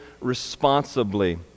responsibly